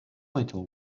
little